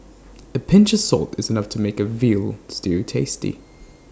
A pinch of salt is enough to make A Veal Stew tasty